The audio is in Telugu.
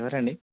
ఎవరు అండి